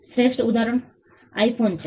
શ્રેષ્ઠ ઉદાહરણ આઇફોન છે